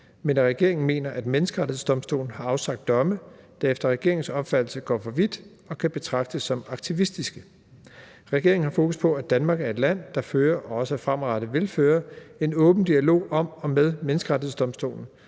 men at regeringen mener, at Menneskerettighedsdomstolen har afsagt domme, der efter regeringens opfattelse går for vidt og kan betragtes som aktivistiske. Regeringen har fokus på, at Danmark er et land, der fører – og også fremadrettet vil føre – en åben dialog om og med Menneskerettighedsdomstolen,